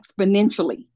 exponentially